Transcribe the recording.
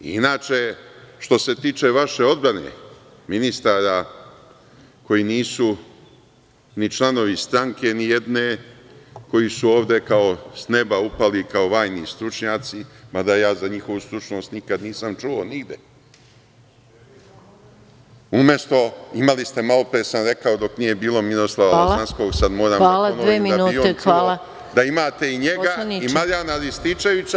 Inače, što se tiče vaše odbrane, ministara koji nisu članovi stranke nijedne, koji su ovde kao s neba upali kao vajni stručnjaci, mada ja za njihovu stručnost nikad nisam čuo nigde, umesto, imali ste, malopre sam rekao, dok nije bilo Miroslava Lazanskog, sad moram da ponovim, da imate i njega i Marijana Rističevića…